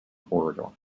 corridor